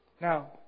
Now